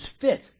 fit